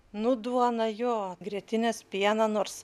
nu duona jo grietinės pieną nors